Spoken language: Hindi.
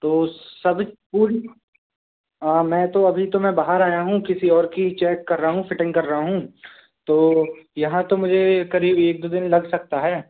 तो सभी पूरी मैं तो अभी तो मैं बाहर आया हूँ किसी और की चेक कर रहा हूँ फिटिंग कर रहा हूँ तो यहाँ तो मुझे करीब एक दो दिन लग सकता है